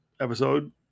episode